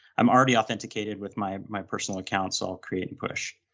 i'm already authenticated with my my personal account, so i'll create and push,